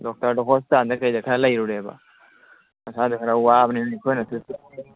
ꯗꯣꯛꯇꯔꯗ ꯍꯣꯁꯄꯤꯇꯥꯜꯗ ꯀꯩꯗ ꯈꯔ ꯂꯩꯔꯨꯔꯦꯕ ꯃꯁꯥꯗꯨ ꯈꯔ ꯋꯥꯕꯅꯤꯅ ꯑꯩꯈꯣꯏꯅꯁꯨ